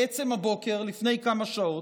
בעצם הבוקר, לפני כמה שעות,